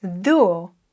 duo